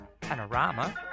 panorama